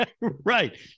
Right